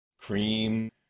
cream